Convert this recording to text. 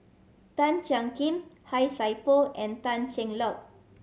Tan Jiak Kim Han Sai Por and Tan Cheng Lock